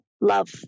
love